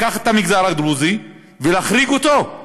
לקחת את המגזר הדרוזי ולהחריג אותו,